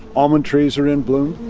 almond trees are in bloom.